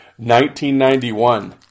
1991